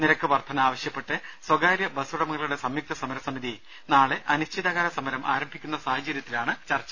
നിരക്ക് വർധന ആവശ്യപ്പെട്ട് സ്വകാര്യബസുടമകളുടെ സംയുക്തസമരസമിതി നാളെ അനിശ്ചിതകാല സമരം ആരംഭിക്കുന്ന സാഹചര്യത്തിലാണ് ചർച്ച